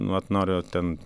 vat nori ten